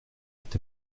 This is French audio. est